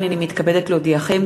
הנני מתכבדת להודיעכם,